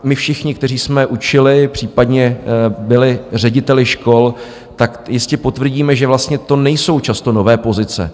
My všichni, kteří jsme učili, případně byli řediteli škol, jistě potvrdíme, že vlastně to nejsou často nové pozice.